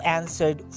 answered